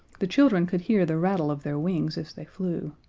the children could hear the rattle of their wings as they flew.